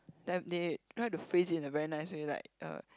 then they try it to phrase in a very nice way like uh